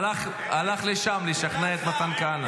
הלך לשם לשכנע את מתן כהנא.